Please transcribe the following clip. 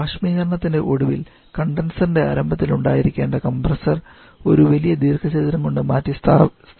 ബാഷ്പീകരണത്തിന്റെ ഒടുവിൽ കണ്ടൻസറിന്റെ ആരംഭത്തിൽ ഉണ്ടായിരിക്കേണ്ട കംപ്രസ്സർ ഒരു വലിയ ദീർഘചതുരം കൊണ്ട് മാറ്റി സ്ഥാപിച്ചിരിക്കുന്നു